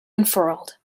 unfurled